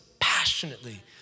passionately